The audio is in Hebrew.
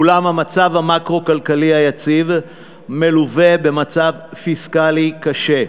אולם המצב המקרו-כלכלי היציב מלווה במצב פיסקלי קשה,